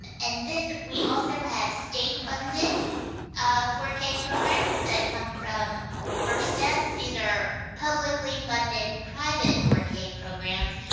and and then we also have state-funded ah four k programs that come from first steps. these are publicly funded private four k programs,